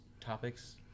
topics